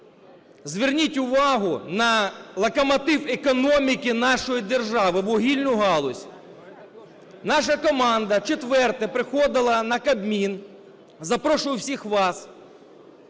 зверніть увагу на локомотив економіки нашої держави – вугільну галузь. Наша команда в четверте приходила на Кабмін, запрошую всіх вас,